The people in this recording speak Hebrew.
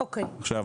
עכשיו,